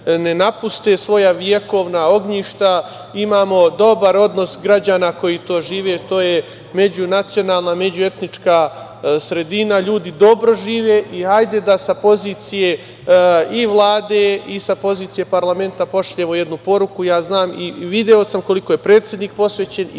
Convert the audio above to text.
ne napuste svoja vekovna ognjišta. Imamo dobar odnos građana koji tu žive, jer to je međunacionalna, međuetnička sredina, ljudi dobro žive i hajde da sa pozicije i Vlade i sa pozicije parlamenta pošaljemo jednu poruku. Ja znam, i video sam koliko je predsednik posvećen i